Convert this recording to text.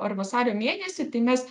ar vasario mėnesį tai mes